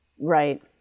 Right